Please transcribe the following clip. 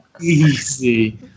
easy